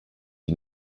die